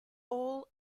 all